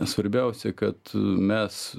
svarbiausia kad mes